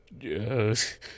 Yes